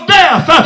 death